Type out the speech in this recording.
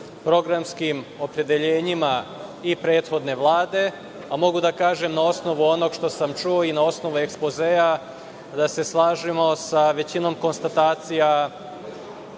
programskim opredeljenjima i prethodne Vlade, a mogu da kažem, na osnovu onog što sam čuo i na osnovu ekspozea, da se slažemo sa većinom konstatacija